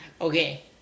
Okay